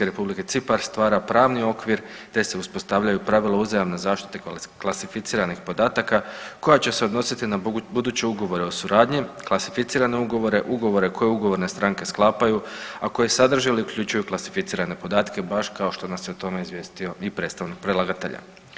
i Republike Cipar stvara pravni okvir, te se uspostavljaju pravila uzajamne zaštite klasificiranih podataka koja će se odnositi na buduće ugovore o suradnji, klasificirane ugovore, ugovore koje ugovorne stranke sklapaju, a koje sadrže ili uključuju klasificirane podatke baš kao što nas je o tome izvijestio i predstavnik predlagatelja.